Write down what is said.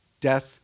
death